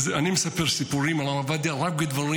אני מספר סיפורים על הרב עובדיה רק בדברים